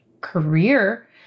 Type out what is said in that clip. career